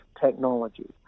technology